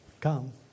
come